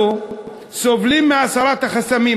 אנחנו סובלים מהחסמים,